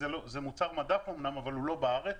זה אומנם מוצר מדף אבל הוא לא בארץ.